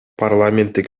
парламенттик